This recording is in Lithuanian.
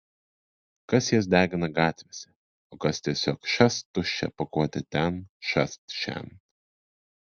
kas jas degina gatvėse o kas tiesiog šast tuščią pakuotę ten šast šen